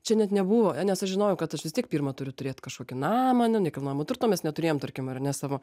čia net nebuvo nes aš žinojau kad aš vis tiek pirma turiu turėt kažkokį namą nekilnojamo turto mes neturėjom tarkim ar ne savo